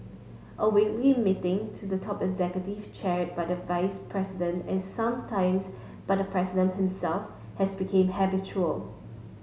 a weekly meeting to the top executives chair by vice presidents and sometimes by the president himself has become habitual